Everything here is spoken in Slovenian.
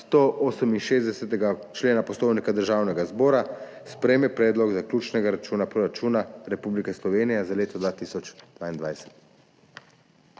168. člena Poslovnika Državnega zbora sprejme Predlog zaključnega računa Proračuna Republike Slovenije za leto 2022.